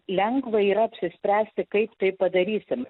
lengva yra apsispręsti kaip tai padarysim